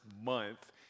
month